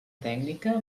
tècnica